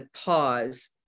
pause